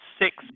six